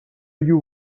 you